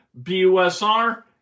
BUSR